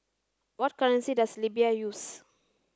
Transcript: what currency does Libya use